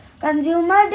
consumer